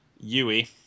Yui